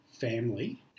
family